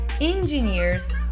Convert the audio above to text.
engineers